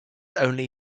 only